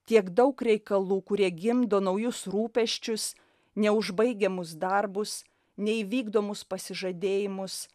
tiek daug reikalų kurie gimdo naujus rūpesčius neužbaigiamus darbus neįvykdomus pasižadėjimus